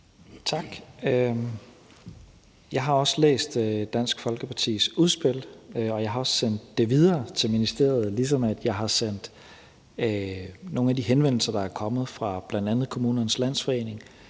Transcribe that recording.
Tak. Jeg har også læst Dansk Folkepartis udspil, og jeg har også sendt det videre til ministeriet, ligesom jeg har sendt nogle af de henvendelser, der er kommet fra bl.a. Kommunernes Landsforening,